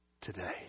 Today